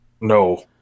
No